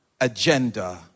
agenda